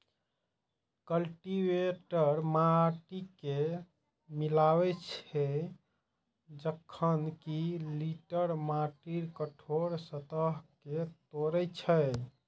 cultivator माटि कें मिलाबै छै, जखन कि टिलर माटिक कठोर सतह कें तोड़ै छै